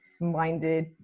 minded